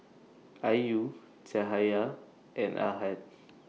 Ayu Cahaya and Ahad